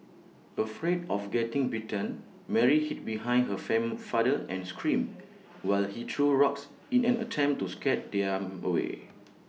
afraid of getting bitten Mary hid behind her fan father and screamed while he threw rocks in an attempt to scare them away